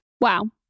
Wow